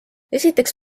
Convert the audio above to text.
esiteks